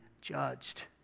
judged